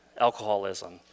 alcoholism